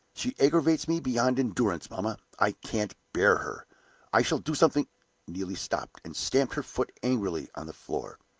she aggravates me beyond endurance, mamma i can't bear her i shall do something neelie stopped, and stamped her foot angrily on the floor.